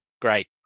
Great